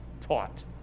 taught